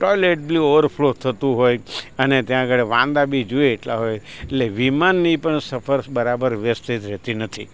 toilet બી overflow થતું હોય અને ત્યાં આગળ વાંદા બી જોઈએ એટલા એટલે વિમાનની પણ સફર બરાબર વ્યવસ્થિત રહેતી નથી